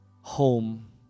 home